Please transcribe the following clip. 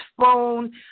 phone